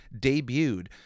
debuted